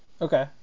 Okay